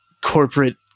corporate